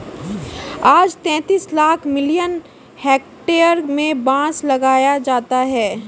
आज तैंतीस lakh million hectare में बांस लगाया जाता है